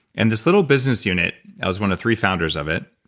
and this little business unit, i was one of three founders of it,